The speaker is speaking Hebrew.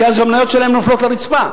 כי אז המניות שלהם נופלות לרצפה.